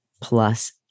plus